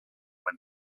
when